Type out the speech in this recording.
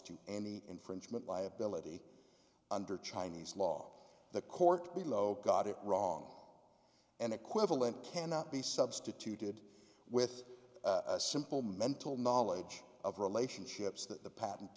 to any infringement liability under chinese law the court below got it wrong and equivalent cannot be substituted with a simple mental knowledge of relationships that the pat